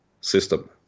system